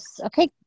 Okay